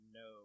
no